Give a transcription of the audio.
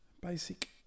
basic